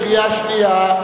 קריאה שנייה.